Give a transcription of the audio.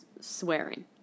swearing